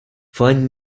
find